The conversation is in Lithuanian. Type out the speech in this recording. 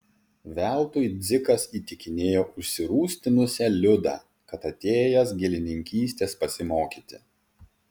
veltui dzikas įtikinėjo užsirūstinusią liudą kad atėjęs gėlininkystės pasimokyti